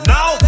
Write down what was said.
Now